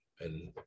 And-